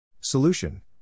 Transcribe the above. Solution